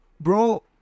Bro